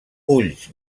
ulls